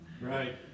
Right